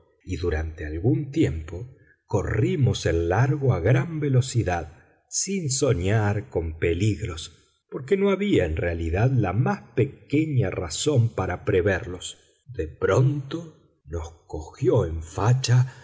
y durante algún tiempo corrimos el largo a gran velocidad sin soñar con peligros porque no había en realidad la más pequeña razón para preverlos de pronto nos cogió en facha